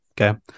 okay